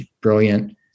brilliant